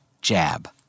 jab